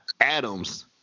Adams